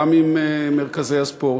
גם עם מרכזי הספורט,